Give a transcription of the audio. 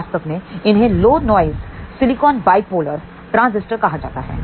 वास्तव में इन्हें low noise silicon bipolar transistor कहा जाता है